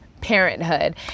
parenthood